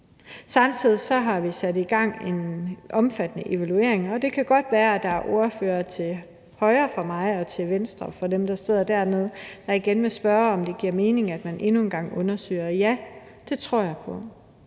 Samtidig har vi sat gang i en omfattende evaluering, og det kan godt være, at der er ordførere til højre for mig og til venstre for dem, der sidder dernede, der igen vil spørge, om det giver mening, at man endnu engang undersøger det. Ja, det tror jeg på.